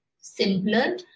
simpler